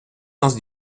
sens